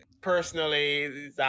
personally